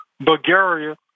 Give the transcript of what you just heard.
Bulgaria